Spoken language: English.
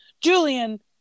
Julian